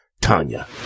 Tanya